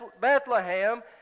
Bethlehem